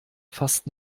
fast